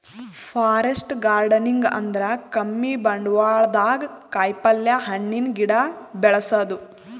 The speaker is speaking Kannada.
ಫಾರೆಸ್ಟ್ ಗಾರ್ಡನಿಂಗ್ ಅಂದ್ರ ಕಮ್ಮಿ ಬಂಡ್ವಾಳ್ದಾಗ್ ಕಾಯಿಪಲ್ಯ, ಹಣ್ಣಿನ್ ಗಿಡ ಬೆಳಸದು